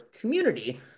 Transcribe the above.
community